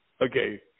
Okay